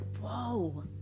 whoa